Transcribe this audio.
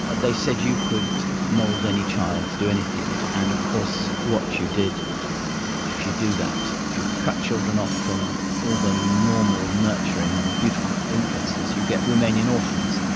they said you could mould any child to do anything. and of course what you did if you do that, if you cut children off from all the normal nurturing and beautiful influences, you get romanian orphans.